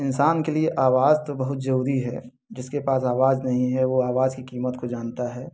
इंसान के लिए आवाज़ तो बहुत ज़रूरी है जिसके पास आवाज़ नहीं है वो आवाज़ की कीमत को जानता है